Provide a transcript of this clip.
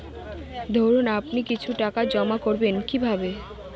ধরুন আপনি কিছু টাকা জমা করবেন কিভাবে?